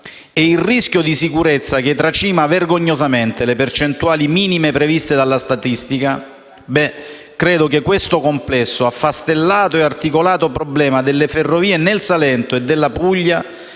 e il rischio di sicurezza che tracima vergognosamente le percentuali minime prevista dalla statistica, beh, credo che questo complesso, affastellato e articolato problema delle ferrovie del Salento e della Puglia